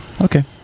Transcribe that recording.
okay